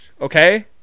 Okay